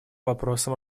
вопросам